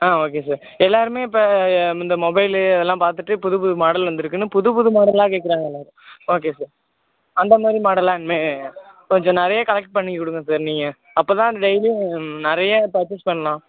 ஆ okay sir எல்லாருமே இப்போ இந்த மொபைலு அதெல்லாம் பார்த்துட்டு புது புது மாடல் வந்துயிருக்குன்னு புது புது மாடலாக கேட்கறாங்க எல்லாரும் ஓகே சார் அந்த மாதிரி மாடலாக இனிமே கொஞ்சம் நிறையா கலெக்ட் பண்ணிக் கொடுங்க சார் நீங்கள் அப்போ தான் டெய்லியும் நிறையா பர்ச்சேஸ் பண்ணலாம்